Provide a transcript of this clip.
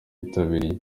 bitabiriye